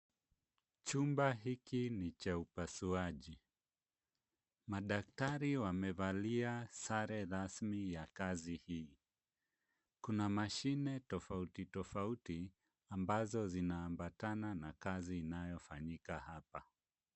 Chumba hiki ni cha upasuaji. Madaktari wamevalia sare rasmi ya kazi hii. Kuna mashine tofauti tofauti ambazo zinaambatana na kazi zinazofanyika hapa.